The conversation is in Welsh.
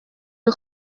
nhw